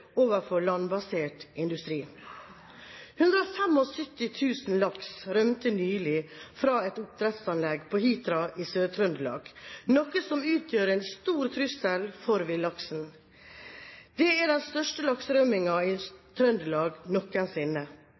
overfor landbasert industri. 175 000 laks rømte nylig fra et oppdrettsanlegg på Hitra i Sør-Trøndelag, noe som utgjør en stor trussel for villaksen. Det er den største lakserømningen i Trøndelag